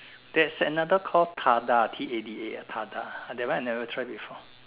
there's another Call TADA T A D A ah TADA ah that one I never try before